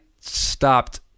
stopped